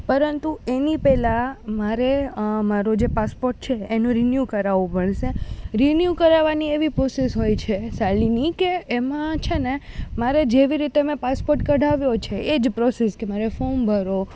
પરંતુ એની પહેલા મારે મારો જે પાસપોટ છે એનો રિન્યુ કરાવવું પડશે રીન્યુ કરાવવાની એવી પ્રોસેસ હોય છે કે શાલિની એમાં છે ને મારે જેવી રીતે મેં પાસપોટ કઢાવ્યો છે એ જ પ્રોસેસ કે મારે ફોમ ભરો